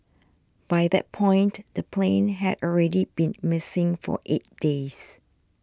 by that point the plane had already been missing for eight days